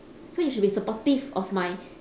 so you should be supportive of my